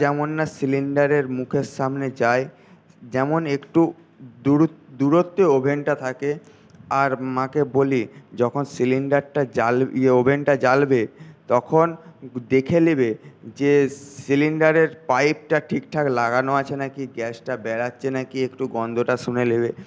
যেন না সিলিন্ডারের মুখের সামনে যায় যেন একটু দূরত্বে ওভেনটা থাকে আর মাকে বলি যখন সিলিন্ডারটা জ্বাল ওই ওভেনটা জ্বালবে তখন দেখে নেবে যে সিলিন্ডারের পাইপটা ঠিকঠাক লাগানো আছে নাকি গ্যাসটা বেরোচ্ছে নাকি একটু গন্ধটা শুঁকে নেবে